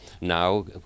now